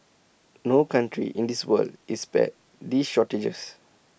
no country in this world is spared these shortages